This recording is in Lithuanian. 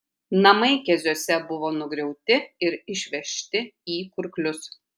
namai keziuose buvo nugriauti ir išvežti į kurklius